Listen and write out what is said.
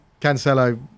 Cancelo